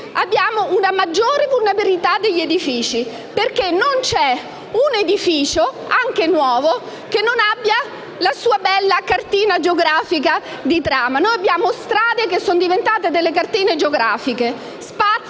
abbiamo una maggiore vulnerabilità degli edifici: non c'è, infatti, un edificio, anche nuovo, che non abbia la sua bella cartina geografica di trama. Abbiamo strade che sono diventate cartine geografiche,